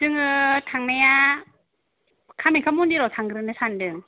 जोङो थांनाया कामाख्या मन्दिराव थांग्रोनो सानदों